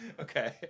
Okay